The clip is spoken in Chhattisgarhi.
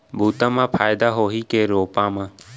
बुता म फायदा होही की रोपा म?